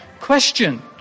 question